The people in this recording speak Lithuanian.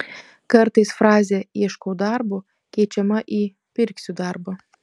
kartais frazė ieškau darbo keičiama į pirksiu darbą